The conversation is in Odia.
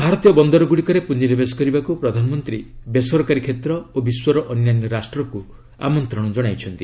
ଭାରତୀୟ ବନ୍ଦରଗୁଡ଼ିକରେ ପୁଞ୍ଜିନିବେଶ କରିବାକୁ ପ୍ରଧାନମନ୍ତ୍ରୀ ବେସରକାରୀ କ୍ଷେତ୍ର ଓ ବିଶ୍ୱର ଅନ୍ୟାନ୍ୟ ରାଷ୍ଟ୍ରକୁ ଆମନ୍ତ୍ରଣ ଜଣାଇଛନ୍ତି